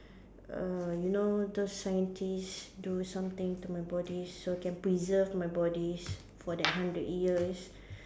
err you know those scientist do something to my body so can preserve my body for that hundred years